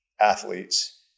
athletes